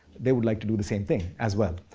they would like to do the same thing as well.